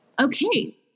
okay